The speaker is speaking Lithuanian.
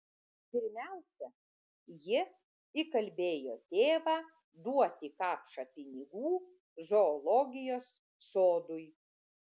pirmiausia ji įkalbėjo tėvą duoti kapšą pinigų zoologijos sodui